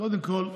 קודם כול,